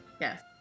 Yes